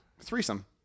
Threesome